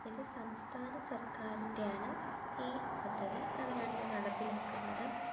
ഇത് സംസ്ഥാനസർക്കാരിൻ്റയാണ് ഈ പദ്ധതി അവരാണ് ഇത് നടപ്പിലാക്കുന്നതും